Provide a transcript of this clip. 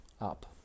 up